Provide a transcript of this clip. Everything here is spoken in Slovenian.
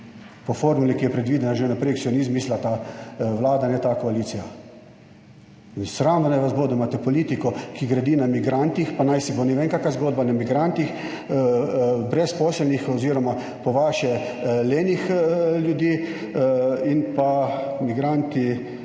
po formuli, ki je predvidena že vnaprej. To si ni izmislila ta Vlada ne ta koalicija. In sram naj vas bo, da imate politiko, ki gradi na migrantih, pa naj si bo ne vem kakšna zgodba na migrantih brezposelnih oziroma po vaše lenih ljudi in pa migranti,